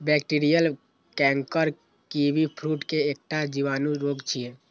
bacterial canker kiwifruit के एकटा जीवाणु रोग छियै